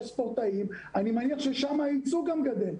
ספורטאים אני מניח שהייצוג שלהן שם גדל.